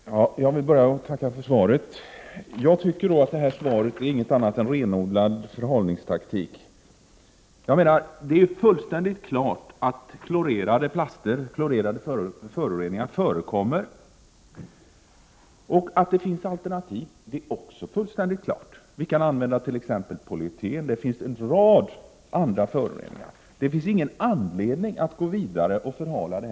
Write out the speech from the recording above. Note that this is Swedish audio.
Herr talman! Jag börjar med att tacka för svaret. För mig innebär svaret ingenting annat än en renodlad förhalningstaktik. Det är klarlagt att klorerade föroreningar förekommer och att det även finns alternativ. Vi kan t.ex. använda polyeten liksom en rad andra plaster. Det finns inte någon anledning att vidare förhala problemet.